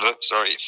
Sorry